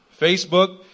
Facebook